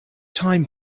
time